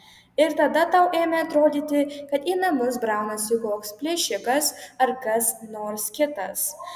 ir tada tau ėmė atrodyti kad į namus braunasi koks plėšikas ar kas nors kitas